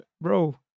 Bro